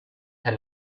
her